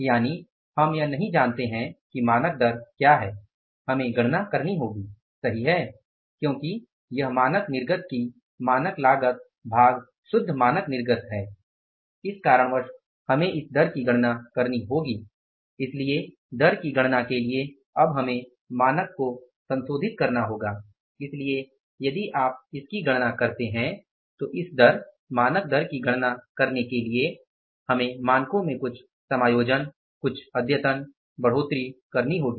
यानि हम यह नहीं जानते हैं कि मानक दर क्या है हमें गणना करनी होगी सही है क्योंकि यह मानक निर्गत की मानक लागत भाग शुद्ध मानक निर्गत है इस कारणवश हमें इस दर की गणना करनी होगी इसलिए दर की गणना के लिए अब हमें मानक को संशोधित करना होगा इसलिए यदि आप इसकी गणना करते हैं तो इस दर मानक दर की गणना करने के लिए हमें मानकों में कुछ समायोजन कुछ अद्यतन बढ़ोतरी करनी होगी